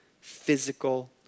physical